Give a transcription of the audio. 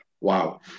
wow